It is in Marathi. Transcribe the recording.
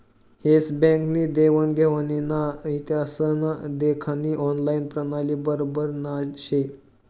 एस बँक नी देवान घेवानना इतिहास देखानी ऑनलाईन प्रणाली बराबर नही शे